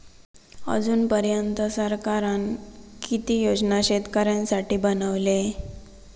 अजून पर्यंत सरकारान किती योजना शेतकऱ्यांसाठी बनवले?